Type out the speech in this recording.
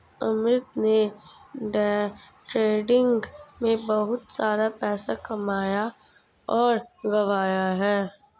अमित ने day trading में बहुत सारा पैसा कमाया और गंवाया है